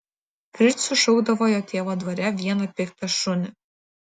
fricu šaukdavo jo tėvo dvare vieną piktą šunį